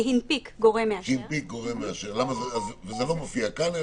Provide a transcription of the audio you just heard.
זה לא מופיע כאן.